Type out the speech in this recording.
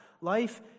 life